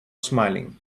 smiling